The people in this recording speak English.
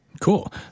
Cool